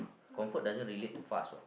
comfort doesn't relate to fast what